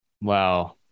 wow